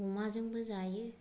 अमाजोंबो जायो